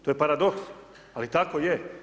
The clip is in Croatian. To je paradoks, ali tako je.